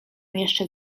jeszcze